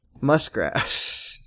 Muskrat